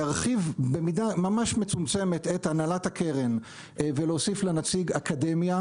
להרחיב במידה ממש מצומצמת את הנהלת הקרן ולהוסיף לה נציג אקדמיה,